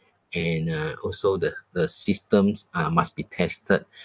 and uh also the the systems ah must be tested